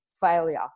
failure